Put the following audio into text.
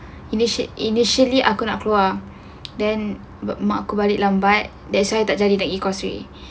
initial initially aku nak keluar then mak aku balik lambat that's why tak jadi pergi causeway